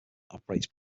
operates